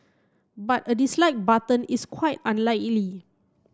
but a dislike button is quite unlikely